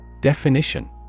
Definition